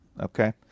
Okay